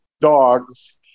dogs